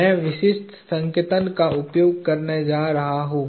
मैं विशिष्ट संकेतन का उपयोग करने जा रहा हूं